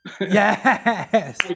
Yes